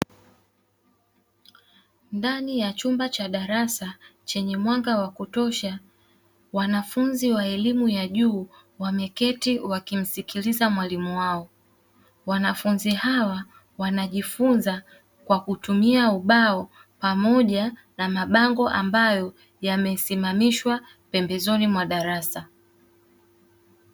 Ndani ya chumba cha darasa chenye mwanga wa kutosha, wanafunzi wa elimu ya juu, wameketi wakimsikiliza mwalimu wao, wanafunzi hawa wanajifunza kwa kutumia ubao pamoja na mabango ambayo yamesimamishwa pembezoni mwa darasa.